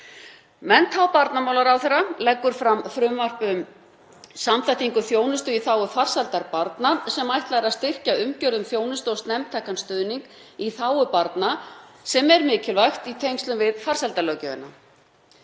Mennta- og barnamálaráðherra leggur fram frumvarp um samþættingu þjónustu í þágu farsældar barna sem ætlað er að styrkja umgjörð um þjónustu og snemmtækan stuðning í þágu barna, sem er mikilvægt í tengslum við farsældarlöggjöfina.